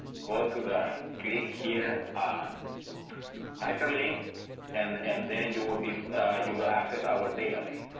go to the click here on hyperlink and and then you would if you will access our database.